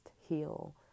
heal